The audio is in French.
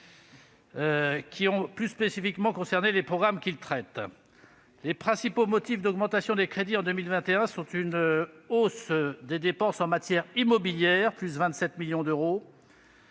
qui ont plus spécifiquement concerné les programmes qu'il traite. Les principaux motifs d'augmentation des crédits en 2021 sont une hausse des dépenses en matière immobilière, pour 27 millions d'euros,